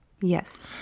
Yes